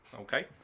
Okay